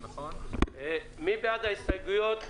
נכון, על ההסתייגויות.